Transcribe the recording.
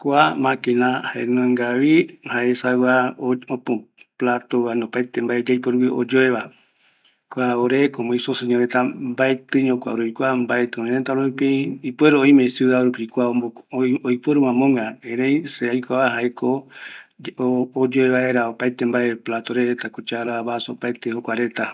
Kua maquina jaenungavi, jaesagua kua platoreta iyoea, ore isoseñoreta mbaetɨño kua roikua, mbaetɨ örërëtärupi, ipuere oime ciudad rupi oiporu amogueva, erei se aikuava oyoe vaera opaete, plato, baso, cucharareta